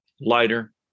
lighter